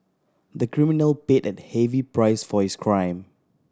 the criminal paid a heavy price for his crime